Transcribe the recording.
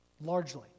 largely